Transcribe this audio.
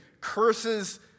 curses